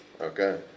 Okay